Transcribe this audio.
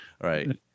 Right